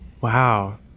Wow